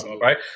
Right